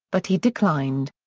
but he declined.